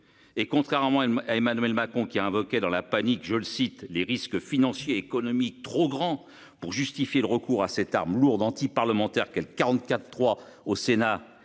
Et contrairement à Emmanuel Mâcon qui a invoqué dans la panique, je le cite, les risques financiers économiques trop grand pour justifier le recours à cette arme lourde anti-parlementaire 44 3 au Sénat.